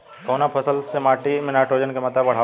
कवना फसल से माटी में नाइट्रोजन के मात्रा बढ़ावल जाला?